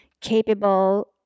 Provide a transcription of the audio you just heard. capable